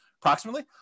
Approximately